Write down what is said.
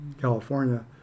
California